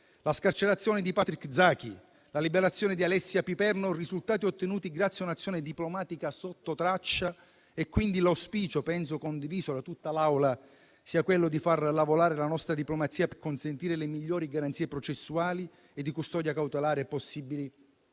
la scarcerazione di Patrick Zaki e la liberazione di Alessia Piperno sono risultati ottenuti grazie a un'azione diplomatica sottotraccia. L'auspicio - penso condiviso da tutta l'Assemblea - è di far lavorare la nostra diplomazia per consentire le migliori garanzie processuali e di custodia cautelare possibili